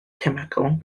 cemegol